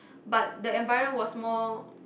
but the environ was more